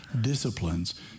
disciplines